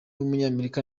w’umunyamerika